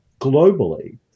globally